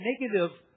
negative